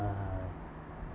uh